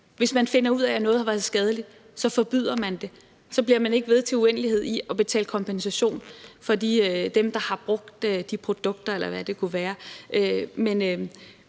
Hvis man finder ud af, at noget har været skadeligt, så forbyder man det, og så bliver man ikke ved med i uendelighed at betale kompensation til dem, der har brugt de produkter,